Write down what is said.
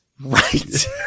Right